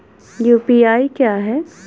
UPI क्या है?